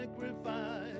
sacrifice